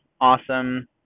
awesome